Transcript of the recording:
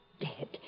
dead